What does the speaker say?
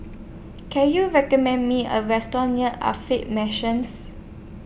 Can YOU recommend Me A Restaurant near Mansions